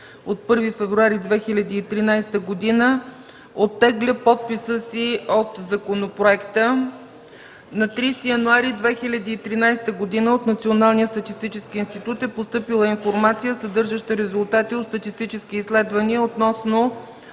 от 1 февруари 2013 г. оттегля подписа си от законопроекта. На 30 януари 2013 г. от Националния статистически институт е постъпила информация, съдържаща резултати от статистически изследвания относно